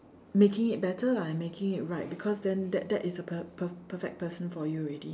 making it better lah and making it right because then that that is the per~ per~ perfect person for you already